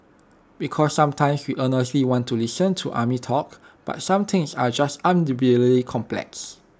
because sometimes we earnestly want to listen to army talk but some things are just unbelievably complex